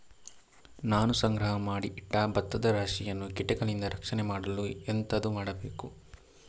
ನಾನು ಸಂಗ್ರಹ ಮಾಡಿ ಇಟ್ಟ ಭತ್ತದ ರಾಶಿಯನ್ನು ಕೀಟಗಳಿಂದ ರಕ್ಷಣೆ ಮಾಡಲು ಎಂತದು ಮಾಡಬೇಕು?